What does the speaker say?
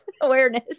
awareness